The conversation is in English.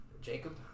Jacob